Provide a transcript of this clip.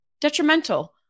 detrimental